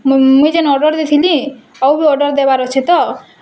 ମୁଁଁ ମୁଇଁ ଯେନ୍ ଅର୍ଡ଼ର୍ ଦେଇଥିନି ଆଉ ବି ଅର୍ଡ଼ର୍ ଦେବାର୍ ଅଛି ତ